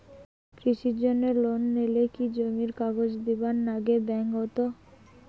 কৃষির জন্যে লোন নিলে কি জমির কাগজ দিবার নাগে ব্যাংক ওত?